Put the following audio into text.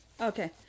Okay